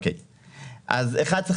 אתייחס ספציפית.